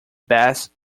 bass